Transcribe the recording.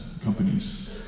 companies